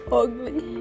ugly